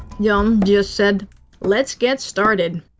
yeah um just said let's get started.